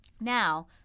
now